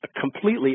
completely